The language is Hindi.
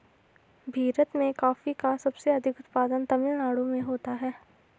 भीरत में कॉफी का सबसे अधिक उत्पादन तमिल नाडु में होता है